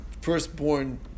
firstborn